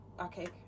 Okay